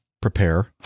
prepare